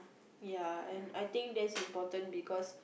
ya and I think that's important because